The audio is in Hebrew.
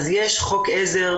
אז יש חוק עזר,